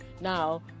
now